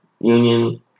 union